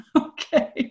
Okay